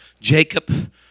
Jacob